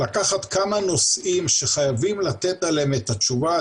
לקחת כמה נושאים שחייבים לתת עליהם את התשובה,